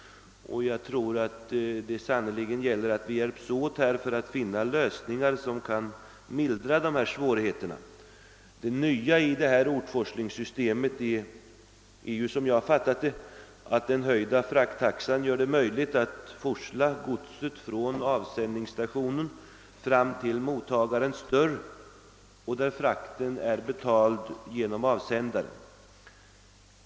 Det gäller sannerligen att vi hjälps åt för att finna lösningar som kan mildra dessa svårigheter. Det nya i ortforslingssystemet är, såvitt jag förstår, att den höjda frakt taxan gör det möjligt att forsla godset från avsändningsstationen fram till motagarens dörr i de fall där frakten är betald av avsändaren.